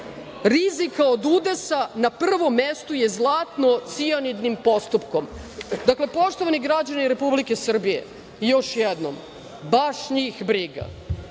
rizika od udesa, na prvom mestu je zlatno-cijanidnim postupkom. Dakle, poštovani građani Republike Srbije, još jednom, baš njih briga